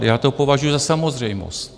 Já to považuji za samozřejmost.